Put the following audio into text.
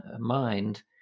mind